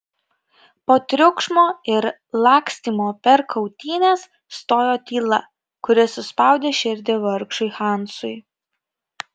po triukšmo ir lakstymo per kautynes stojo tyla kuri suspaudė širdį vargšui hansui